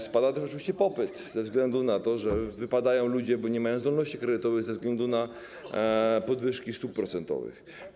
Spada też oczywiście popyt ze względu na to, że wypadają ludzie, bo nie mają zdolności kredytowej ze względu na podwyżki stóp procentowych.